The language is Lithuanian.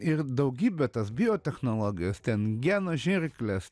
ir daugybė tas biotechnologijos ten genų žirklės